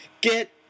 get